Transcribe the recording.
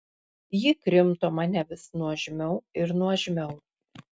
ji krimto mane vis nuožmiau ir nuožmiau